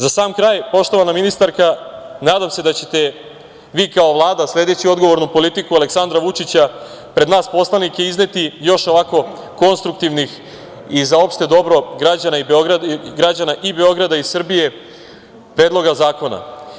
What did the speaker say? Za sam kraj, poštovana ministarka, nadam se da ćete vi kao Vlada sledeći odgovornu politiku Aleksandra Vučića pred nas poslanike izneti još ovako konstruktivnih i za opšte dobro građana Beograda i građana Srbije predloga zakona.